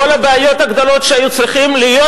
כל הבעיות הגדולות שהיו צריכות להיות